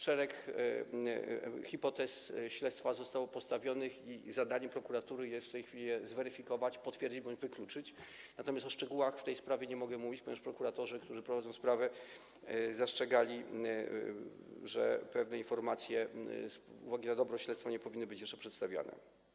Szereg hipotez śledztwa zostało postawionych, a zadaniem prokuratury jest w tej chwili je zweryfikować, potwierdzić bądź wykluczyć, natomiast o szczegółach w tej sprawie nie mogę mówić, ponieważ prokuratorzy, którzy prowadzą sprawę, zastrzegali, że pewne informacje, z uwagi o dobro śledztwa, nie powinny być jeszcze przedstawiane.